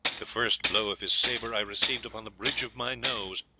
the first blow of his sabre i received upon the bridge of my nose,